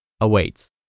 awaits